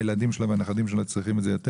הילדים והנכדים שלו צריכים את זה יותר